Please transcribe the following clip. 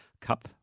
Cup